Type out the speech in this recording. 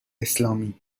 اسلامی